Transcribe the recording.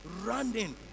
running